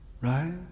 right